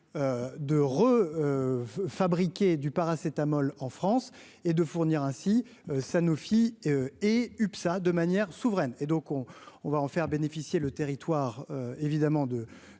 de re fabriquer du paracétamol en France et de fournir ainsi Sanofi et UPSA de manière souveraine et donc on on va en faire bénéficier le territoire évidemment de